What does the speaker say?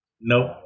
Nope